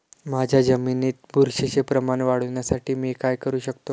माझ्या जमिनीत बुरशीचे प्रमाण वाढवण्यासाठी मी काय करू शकतो?